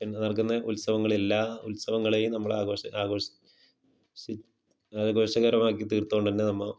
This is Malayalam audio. പിന്നെ നൽകുന്ന ഉത്സവങ്ങളെല്ലാം ഉത്സവങ്ങളെയും നമ്മൾ ആഘോഷം ആഘോഷ് ഷി ആഘോഷകരമാക്കിത്തീർത്തോണ്ട് തന്നെ നമ്മൾ